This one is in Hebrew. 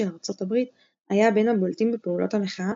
ארצות הברית היה בין הבולטים בפעולות המחאה,